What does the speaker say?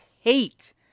hate